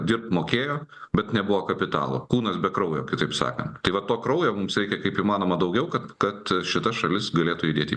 dirbt mokėjo bet nebuvo kapitalo kūnas be kraujo kitaip sakant tai va to kraujo mums reikia kaip įmanoma daugiau kad kad šita šalis galėtų judėti